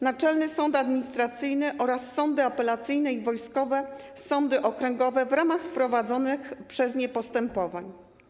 Naczelny Sąd Administracyjny oraz sądy apelacyjne i wojskowe sądy okręgowe, w ramach prowadzonych przez nie postępowań.